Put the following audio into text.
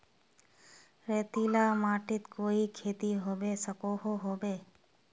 रेतीला माटित कोई खेती होबे सकोहो होबे?